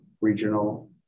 regional